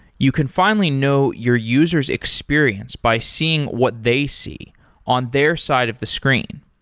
you can finally know your user s experience by seeing what they see on their side of the screen.